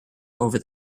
over